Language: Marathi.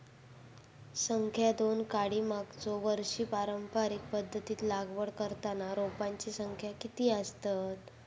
संख्या दोन काडी मागचो वर्षी पारंपरिक पध्दतीत लागवड करताना रोपांची संख्या किती आसतत?